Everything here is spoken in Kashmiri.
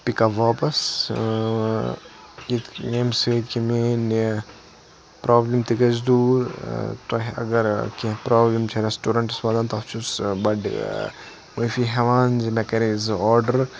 پِک اَپ واپَس یمہِ سۭتۍ کہِ میٲنۍ یہِ پرابلِم تہِ گَژھِ دوٗر تۄہہِ اَگر کینٛہہ پرابلِم چھِ ریٚسٹورنٹَس واتان تَتھ چھُس بَڑٕ معٲفی ہیٚوان زِ مےٚ کَرے زٕ آرڈر